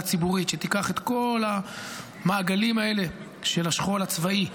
ציבורית שתיקח את כל המעגלים האלה של השכול הצבאי,